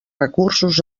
recursos